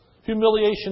humiliation